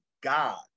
God